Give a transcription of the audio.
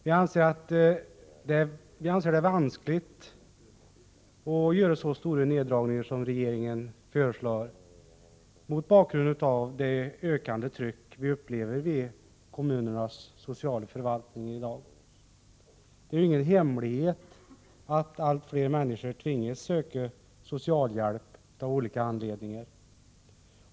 Vi anser att det är vanskligt att göra så stora neddragningar som regeringen föreslår mot bakgrund av det ökande tryck vi i dag upplever vid kommunernas sociala förvaltningar. Det är ju ingen hemlighet att allt fler människor tvingas söka socialhjälp av olika anledningar.